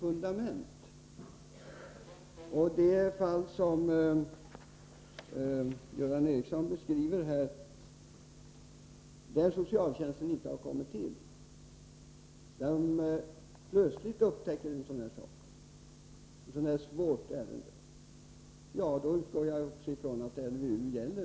I ett sådant fall som Göran Ericsson beskriver, där man plötsligt upptäcker ett mycket svårt ärende som socialtjänsten inte har kommit åt, utgår också jag ifrån att LVU gäller.